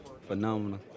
Phenomenal